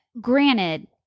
granted